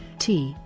t.